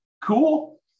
Cool